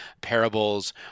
parables